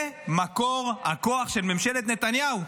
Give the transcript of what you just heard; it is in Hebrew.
זה מקור הכוח של ממשלת נתניהו,